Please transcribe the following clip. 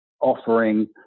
offering